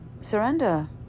surrender